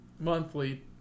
monthly